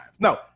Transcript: no